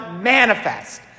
manifest